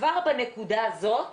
כבר בנקודה הזאת